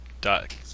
Dot